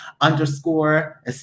underscore